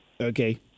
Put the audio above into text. Okay